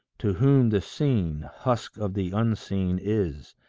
to whom the seen, husk of the unseen is,